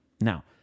now